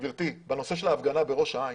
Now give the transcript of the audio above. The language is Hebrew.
גברתי, בנושא של ההפגנה בראש העין,